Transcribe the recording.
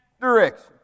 direction